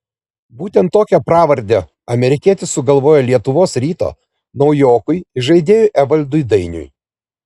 būtent tokią pravardę amerikietis sugalvojo lietuvos ryto naujokui įžaidėjui evaldui dainiui